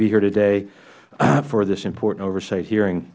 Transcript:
be here today for this important oversight hearing